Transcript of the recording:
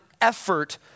effort